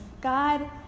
God